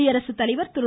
குடியரசுத்தலைவர் திரு